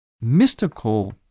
mystical